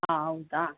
ಹಾಂ ಹೌದ